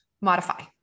modify